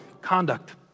conduct